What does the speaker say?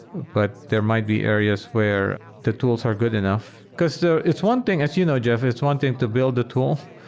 but there might be areas where the tools are good enough. because so it's one thing as you know, jeff, it's one thing to build a tool,